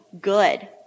good